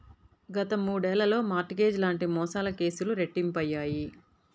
గత మూడేళ్లలో mortgage లాంటి మోసాల కేసులు రెట్టింపయ్యాయి